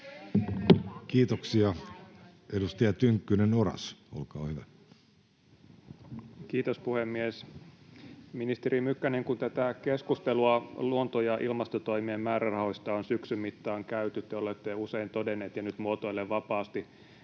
Kiitoksia. — Edustaja Tynkkynen, Oras, olkaa hyvä. Kiitos, puhemies! Ministeri Mykkänen, kun tätä keskustelua luonto- ja ilmastotoimien määrärahoista on syksyn mittaan käyty, te olette usein todennut — ja nyt muotoilen vapaasti